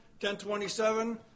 10.27